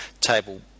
table